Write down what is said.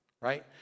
right